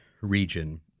region